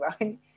right